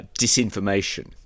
disinformation